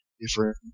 different